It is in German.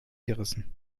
gerissen